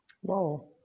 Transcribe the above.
Whoa